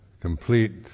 complete